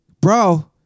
Bro